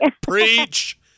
preach